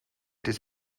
this